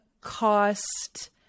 cost